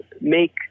make